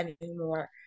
anymore